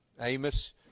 Amos